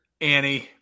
Annie